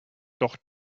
doch